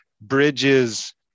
bridges